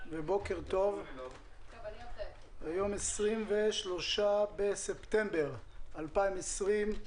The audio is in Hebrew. היום 23 בספטמבר 2020,